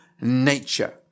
nature